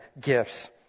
gifts